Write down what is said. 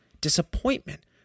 disappointment